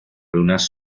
unas